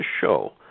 show